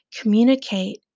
communicate